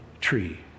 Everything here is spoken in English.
tree